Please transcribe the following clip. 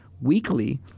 Weekly